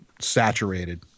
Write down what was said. saturated